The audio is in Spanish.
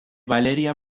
valeria